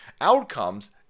outcomes